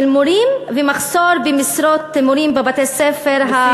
של מורים ומחסור במשרות מורים בבתי-הספר היהודיים.